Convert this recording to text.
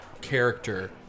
character